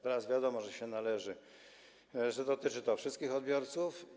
Teraz wiadomo, że się należy, że dotyczy to wszystkich odbiorców.